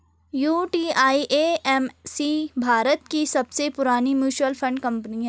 UTI AMC Bharat की सबसे पुरानी म्यूचुअल फंड कंपनी है